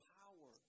power